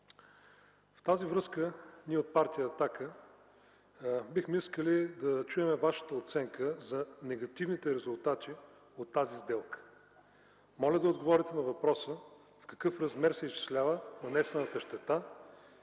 от тази машинация. Ние от Партия „Атака” бихме искали да чуем Вашата оценка за негативните резултати от тази сделка. Моля да отговорите на въпроса: в какъв размер се изчислява нанесената щета?